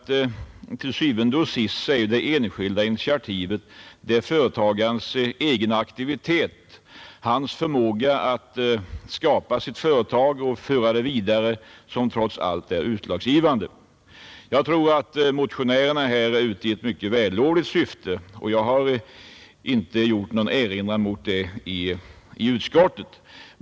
Til syvende og sidst är det ju det enskilda initiativet, företagarens egen aktivitet, hans förmåga att skapa sitt företag och föra det vidare som trots allt är utslagsgivande. Jag tror att motionärerna här är ute i ett mycket vällovligt syfte, och jag har inte gjort någon erinran mot det i utskottet.